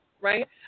right